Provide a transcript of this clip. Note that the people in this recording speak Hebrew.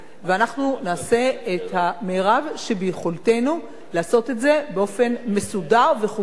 ואנחנו נעשה את המירב שביכולתנו לעשות את זה באופן מסודר וחוקי,